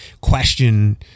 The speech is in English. question